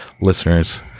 listeners